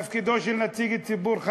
תפקידו של נציג ציבור,